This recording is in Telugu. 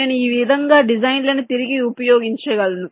నేను ఈ విధంగా డిజైన్లను తిరిగి ఉపయోగించగలను